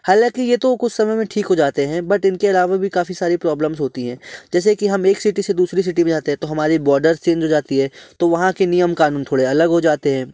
हालाँकि ये तो कुछ समय में ठीक हो जाते हैं बट इनके अलावा भी काफ़ी सारी प्रॉब्लम्स होती हैं जैसे कि हम एक सिटी से दूसरी सिटी में जाते हैं तो हमारे बॉडर्स चेंज हो जाते हैं तो वहाँ के नियम कानून थोड़े अलग हो जाते हैं